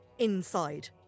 inside